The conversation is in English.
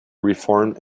reformed